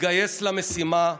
תתחיל להתגייס למשימה,